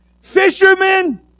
Fishermen